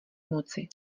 moci